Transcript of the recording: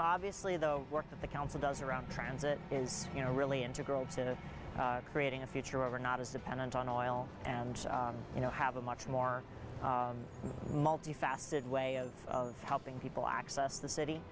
know obviously the work of the council does around transit is you know really integral to creating a future or not as a pennant on oil and you know have a much more multifaceted way of helping people access the city